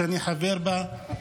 שאני חבר בה,